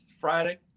Friday